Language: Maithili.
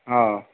हँ